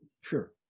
sure